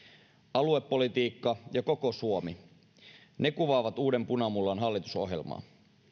aluepolitiikka ja koko suomi ne kuvaavat uuden punamullan hallitusohjelmaa